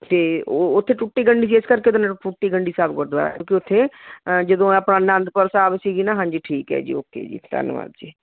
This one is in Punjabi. ਅਤੇ ਉਹ ਉੱਥੇ ਟੁੱਟੀ ਗੰਢੀ ਇਸ ਕਰਕੇ ਉਹਦਾ ਨਾਂ ਟੁੱਟੀ ਗੰਢੀ ਸਾਹਿਬ ਗੁਰਦੁਆਰਾ ਕਿਉਂਕਿ ਉੱਥੇ ਜਦੋਂ ਆਪਾਂ ਅਨੰਦਪੁਰ ਸਾਹਿਬ ਸੀਗੇ ਨਾ ਹਾਂਜੀ ਠੀਕ ਹੈ ਜੀ ਓਕੇ ਜੀ ਧੰਨਵਾਦ ਜੀ